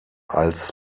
als